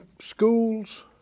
schools